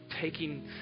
Taking